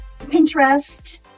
Pinterest